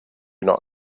not